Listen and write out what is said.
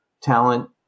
talent